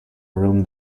room